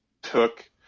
took